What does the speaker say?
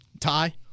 Tie